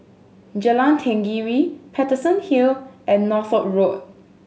Jalan Tenggiri Paterson Hill and Northolt Road